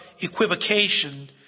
equivocation